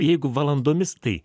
jeigu valandomis tai